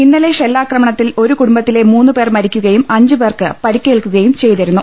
ഇന്നലെ ഷെല്ലാക്രമണത്തിൽ ഒരു കുടുംബത്തിലെ മൂന്ന് പേർ മരിക്കുകയും അഞ്ച് പേർക്ക് പരിക്കേൽക്കുകയും ചെയ്തി രുന്നു